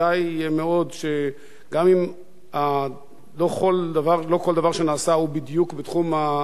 גם אם לא כל דבר שנעשה הוא בדיוק בתחום עבירות המין,